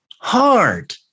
hard